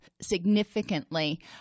significantly